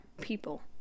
people